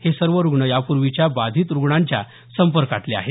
हे सर्व रुग्ण यापूर्वीच्या बाधित रुग्णांच्या संपर्कातले आहेत